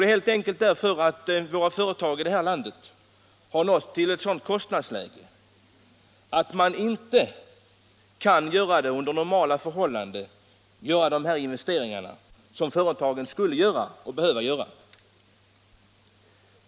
Jo, helt enkelt därför att företagen i vårt land har kommit upp i ett sådant kostnadsläge att de under normala förhållanden inte kan göra de investeringar som de behöver göra.